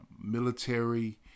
military